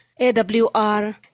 AWR